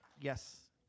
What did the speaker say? Yes